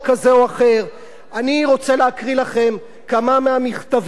אני רוצה להקריא לכם כמה מהמכתבים שאני מקבל